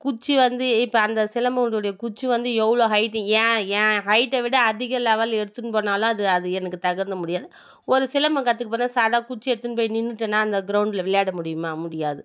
குச்சி வந்து இப்போ அந்த சிலம்பத்தோடைய குச்சி வந்து எவ்வளோ ஹைட்டு என் என் ஹைட்டை விட அதிக லெவல் எடுத்துன்னு போனாலும் அது அது எனக்கு தகுந்த முடியாது ஒரு சிலம்பம் கற்றுக்கப் போகிறேன்னா சாதா குச்சியை எடுத்துன்னு போய் நின்றுட்டேன்னா அந்த க்ரௌண்ட்டில் விளையாட முடியுமா முடியாது